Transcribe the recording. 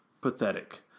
pathetic